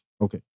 Okay